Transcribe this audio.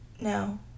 No